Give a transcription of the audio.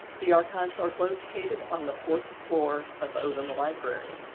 the archives are located on the fourth floor of odum library.